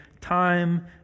time